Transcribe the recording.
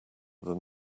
than